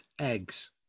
eggs